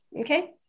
okay